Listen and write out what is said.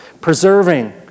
preserving